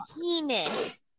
penis